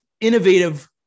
Innovative